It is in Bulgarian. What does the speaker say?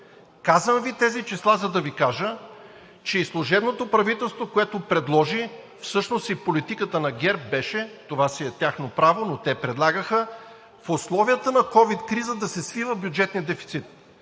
Казвам Ви тези числа, за да Ви кажа, че и служебното правителство, което предложи, всъщност и политиката на ГЕРБ беше – това си е тяхно право, те предлагаха в условията на ковид криза да се свива бюджетният дефицит.